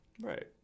Right